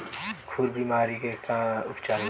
खुर बीमारी के का उपचार बा?